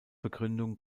begründung